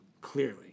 clearly